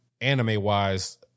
anime-wise